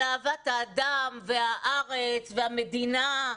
על אהבת האדם והארץ והמדינה.